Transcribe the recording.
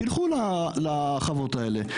תלכו לחוות האלה,